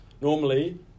normally